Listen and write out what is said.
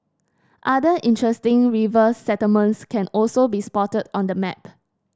other interesting river settlements can also be spotted on the map